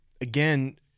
again